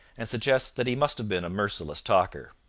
and suggests that he must have been a merciless talker.